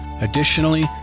Additionally